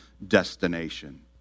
destination